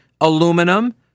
aluminum